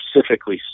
specifically